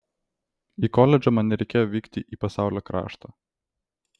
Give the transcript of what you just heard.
į koledžą man nereikėjo vykti į pasaulio kraštą